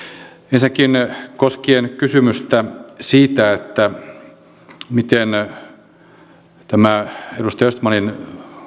ensinnäkin koskien kysymystä siitä miten tämä edustaja östmanin